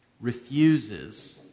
refuses